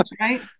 right